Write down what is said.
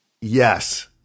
Yes